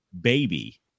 Baby